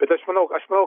bet aš manau aš manau